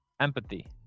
Empathy